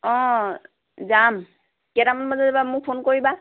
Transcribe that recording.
অঁ যাম কেইটামান বজাত যাবা মোক ফোন কৰিবা